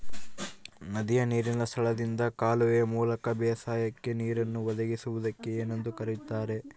ನದಿಯ ನೇರಿನ ಸ್ಥಳದಿಂದ ಕಾಲುವೆಯ ಮೂಲಕ ಬೇಸಾಯಕ್ಕೆ ನೇರನ್ನು ಒದಗಿಸುವುದಕ್ಕೆ ಏನೆಂದು ಕರೆಯುತ್ತಾರೆ?